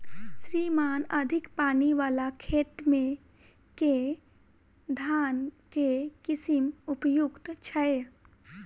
श्रीमान अधिक पानि वला खेत मे केँ धान केँ किसिम उपयुक्त छैय?